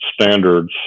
standards